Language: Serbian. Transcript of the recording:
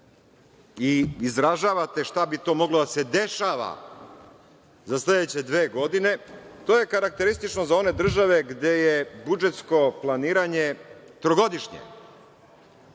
i izražavate šta bi to moglo da se dešava za sledeće dve godine, to je karakteristično za one države gde je budžetsko planiranje trogodišnje.